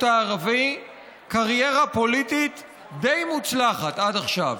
הערבי קריירה פוליטית די מוצלחת עד עכשיו.